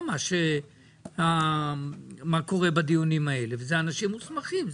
מה קורה בדיונים האלה ואלה אנשים מוסמכים.